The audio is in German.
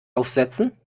aufsetzen